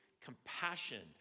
compassion